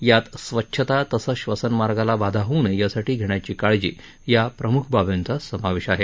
यात स्वच्छता तसंच क्षसनमार्गाला बाधा होऊ नये यासाठी घेण्याची काळजी या प्रमुख बाबींचा समावेश आहे